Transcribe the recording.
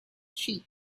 sheep